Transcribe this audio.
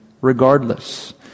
Regardless